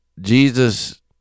Jesus